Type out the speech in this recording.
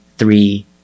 Three